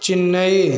Chennai